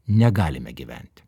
negalime gyventi